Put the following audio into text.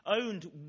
owned